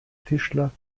tischler